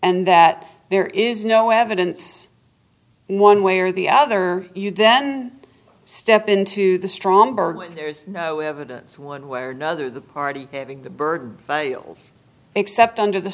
and that there is no evidence one way or the other you then step into the strong there's no evidence one way or another the party having the bird fails except under the